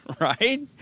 right